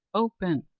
open!